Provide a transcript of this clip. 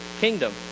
kingdom